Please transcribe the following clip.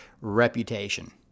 reputation